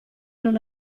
non